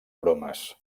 bromes